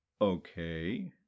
Okay